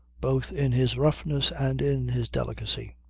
both in his roughness and in his delicacy.